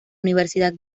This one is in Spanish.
universidad